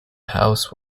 house